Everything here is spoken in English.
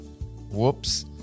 whoops